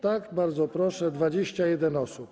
Tak, bardzo proszę, 21 osób.